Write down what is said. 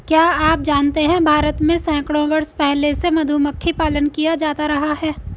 क्या आप जानते है भारत में सैकड़ों वर्ष पहले से मधुमक्खी पालन किया जाता रहा है?